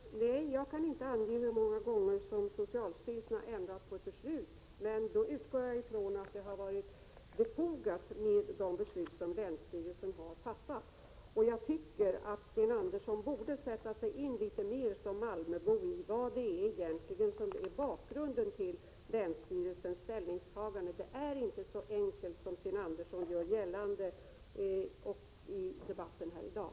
Herr talman! Nej, jag kan inte ange hur många gånger socialstyrelsen har ändrat på länsstyrelsen beslut. Men jag utgår från att de beslut som länsstyrelsen har fattat har varit befogade. Jag tycker att Sten Andersson som malmöbo borde sätta sig in mera i vad som egentligen är bakgrunden till länsstyrelsens ställningstagande. Det är inte så enkelt som Sten Andersson gör gällande i debatten här i dag.